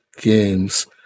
games